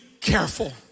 careful